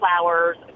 flowers